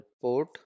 Port